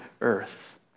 earth